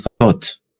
thought